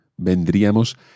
Vendríamos